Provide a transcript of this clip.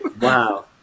Wow